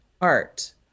art